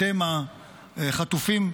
אתם החטופים,